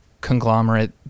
conglomerate